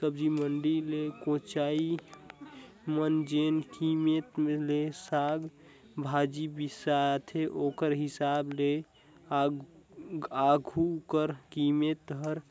सब्जी मंडी ले कोचिया मन जेन कीमेत ले साग भाजी बिसाथे ओकर हिसाब ले आघु कर कीमेत हर